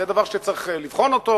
זה דבר שצריך לבחון אותו.